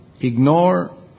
Ignore